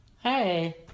Hey